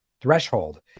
threshold